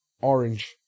orange